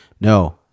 No